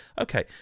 okay